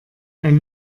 ein